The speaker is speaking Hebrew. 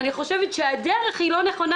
אני חושבת שהדרך לא נכונה.